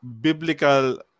biblical